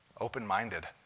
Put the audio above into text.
Open-minded